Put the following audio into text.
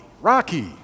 Rocky